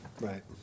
Right